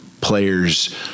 players